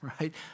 Right